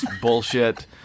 bullshit